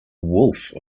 wolf